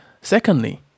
Secondly